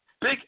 Big